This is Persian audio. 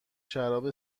شراب